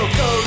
go